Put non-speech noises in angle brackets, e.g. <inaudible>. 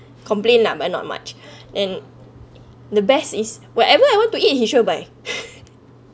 complain lah but not much <breath> and the best is whatever I want to eat he sure buy <laughs>